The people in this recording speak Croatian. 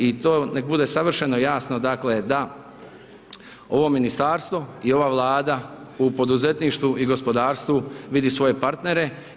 I to neka bude savršeno jasno dakle da ovo ministarstvo i ova Vlada u poduzetništvu i gospodarstvu vidi svoje partnere.